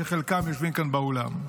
שחלקם יושבים כאן באולם.